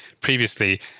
previously